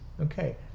okay